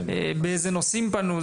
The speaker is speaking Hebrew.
באיזה נושאים פנו.